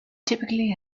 typically